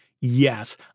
yes